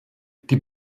die